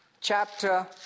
chapter